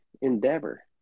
endeavor